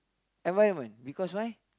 environment because why